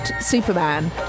Superman